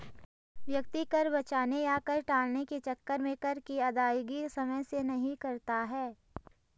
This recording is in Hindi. व्यक्ति कर बचाने या कर टालने के चक्कर में कर की अदायगी समय से नहीं करता है